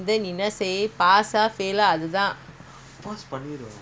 cheap ஆனாகாடிவாங்கலாம்:aana gaadi vaankalaam twenty thousand இல்லன்னுஇல்ல:illannu illa